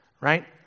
right